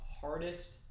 hardest